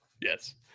Yes